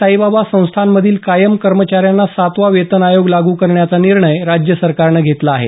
साईबाबा संस्थानमधील कायम कर्मचाऱ्यांना सातवा वेतन आयोग लागू करण्याचा निर्णय राज्य सरकारनं घेतला आहे